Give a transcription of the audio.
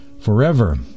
forever